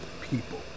people